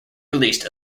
released